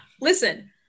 Listen